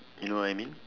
you know what I mean